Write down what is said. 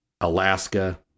Alaska